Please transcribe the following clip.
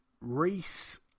Reese